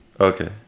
Okay